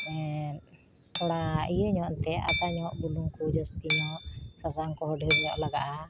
ᱛᱷᱚᱲᱟ ᱤᱭᱟᱹ ᱧᱚᱜ ᱮᱱᱛᱮᱫ ᱟᱫᱟ ᱧᱚᱜ ᱵᱩᱞᱩᱝ ᱠᱚ ᱡᱟᱹᱥᱛᱤ ᱧᱚᱜ ᱥᱟᱥᱟᱝ ᱠᱚᱦᱚᱸ ᱰᱷᱮᱨ ᱧᱚᱜ ᱞᱟᱜᱟᱜᱼᱟ